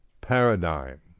paradigm